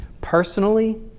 personally